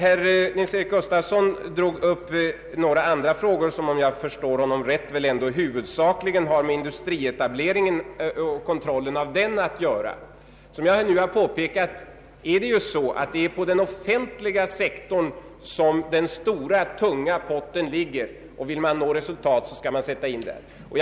Herr Nils-Eric Gustafsson drog upp några andra frågor som — om jag förstått honom rätt — huvudsakligen har med industrietableringen och kontrollen av den att göra. Som jag påpekat är det i den offentliga sektorn som den stora tunga potten ligger, och vill man nå resultat, så är det där man bör vidtaga åtgärder.